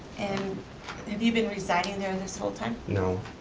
and have you been residing there and this whole time? no.